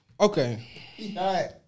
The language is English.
okay